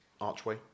archway